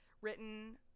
written